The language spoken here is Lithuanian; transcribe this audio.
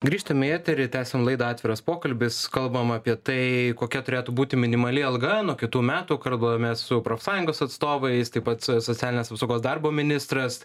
grįžtame į eterį tęsiam laidą atviras pokalbis kalbam apie tai kokia turėtų būti minimali alga nuo kitų metų kalbamės su profsąjungos atstovais taip pat socialinės apsaugos darbo ministras